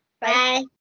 Bye